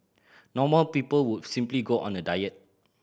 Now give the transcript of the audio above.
normal people would simply go on a diet